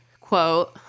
quote